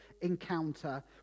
encounter